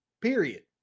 Period